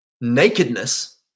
nakedness